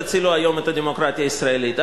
תצילו היום את הדמוקרטיה הישראלית.